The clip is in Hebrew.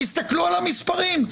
תסתכלו על המספרים.